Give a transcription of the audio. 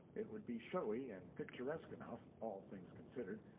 it would be showy and picturesque enough, all things considered,